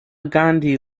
gandhi